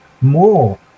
more